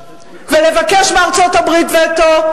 ולבקש מארצות-הברית וטו,